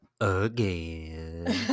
again